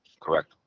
Correct